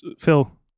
Phil